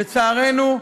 לצערנו,